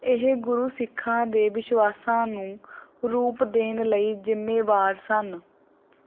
ਇਹ ਗੁਰੂ ਸਿੱਖਾਂ ਦੇ ਵਿਸ਼ਵਾਸਾਂ ਨੂੰ ਰੂਪ ਦੇਣ ਲਈ ਜ਼ਿੰਮੇਵਾਰ ਸਨ